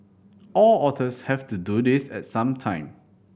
all otters have to do this at some time